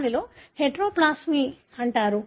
దానిని హెటెరోప్లాస్మి అంటారు